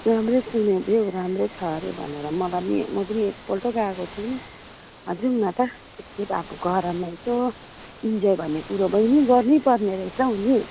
राम्रै सुनेको थिएँ हौ राम्रै छ अरे भनेर मलाई पनि म पनि एकपल्ट गएको छैन जाऊँ न त गरममा यसो इन्जोय भन्ने कुरो बहिनी गर्नेपर्ने रहेछ हो नि